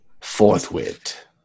forthwith